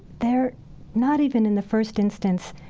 they're not even in the first instance,